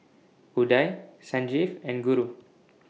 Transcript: Udai Sanjeev and Guru